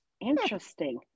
interesting